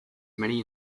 many